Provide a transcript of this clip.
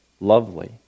lovely